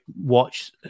watch